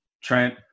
Trent